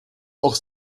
auch